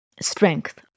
strength